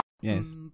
Yes